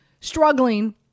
struggling